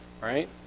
right